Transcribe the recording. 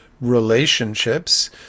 relationships